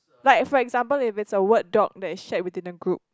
like for example if it's a word doc that is shared within a group